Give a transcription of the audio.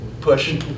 push